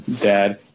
Dad